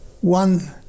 one